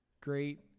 Great